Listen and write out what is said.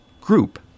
group